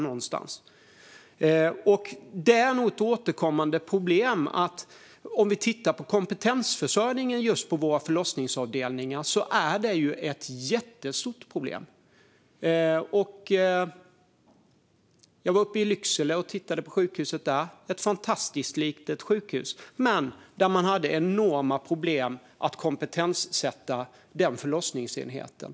Det är nog ett återkommande problem - kompetensförsörjningen på våra förlossningsavdelningar är ett jättestort problem. Jag var uppe i Lycksele och tittade på sjukhuset där. Det är ett fantastiskt litet sjukhus, men man har enorma problem att kompetenssätta förlossningsenheten.